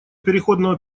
переходного